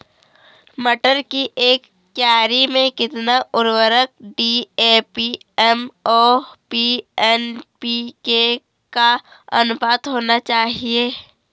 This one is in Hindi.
मटर की एक क्यारी में कितना उर्वरक डी.ए.पी एम.ओ.पी एन.पी.के का अनुपात होना चाहिए?